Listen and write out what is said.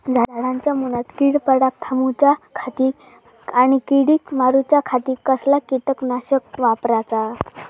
झाडांच्या मूनात कीड पडाप थामाउच्या खाती आणि किडीक मारूच्याखाती कसला किटकनाशक वापराचा?